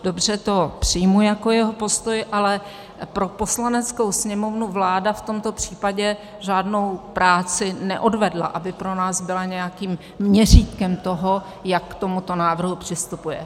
Dobře, to přijmu jako jeho postoj, ale pro Poslaneckou sněmovnu vláda v tomto případě žádnou práci neodvedla, aby pro nás byla nějakým měřítkem toho, jak k tomuto návrhu přistupuje.